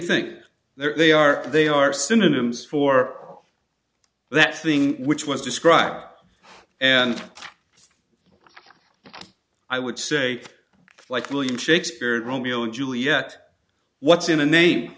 thing there are they are they are synonyms for that thing which was described and i would say like william shakespeare's romeo and juliet what's in a name